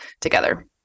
together